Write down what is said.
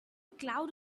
cloud